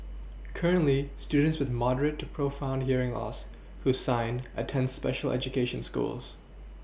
currently students with moderate to profound hearing loss who sign attend special education schools